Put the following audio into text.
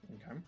okay